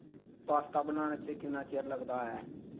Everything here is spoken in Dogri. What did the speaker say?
पास्ता बनाने च किन्ना चिर लगदा ऐ